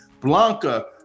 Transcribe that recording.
Blanca